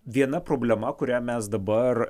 viena problema kurią mes dabar